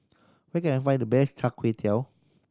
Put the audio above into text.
where can I find the best Char Kway Teow